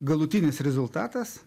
galutinis rezultatas